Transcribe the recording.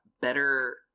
better